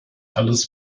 alles